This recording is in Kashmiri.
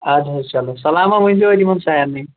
اَدٕ حظ چلو سلاما ؤنۍزیٚو اَتہِ یِمَن سارِنٕے